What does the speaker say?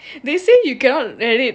they say you cannot let it